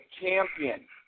Champion